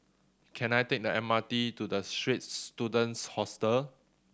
can I take the M R T to The Straits Students Hostel